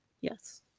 Yes